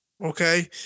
okay